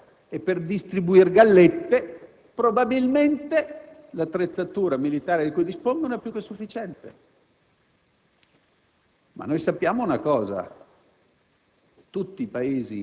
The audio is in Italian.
le sue parole - e per distribuir gallette probabilmente l'attrezzatura di cui dispongono è più che sufficiente. Ma noi sappiamo una cosa: